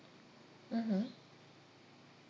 mmhmm